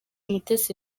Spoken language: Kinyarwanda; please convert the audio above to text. mutesi